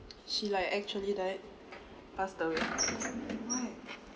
she like actually died passed away but why